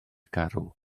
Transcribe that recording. garw